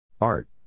Art